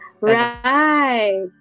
Right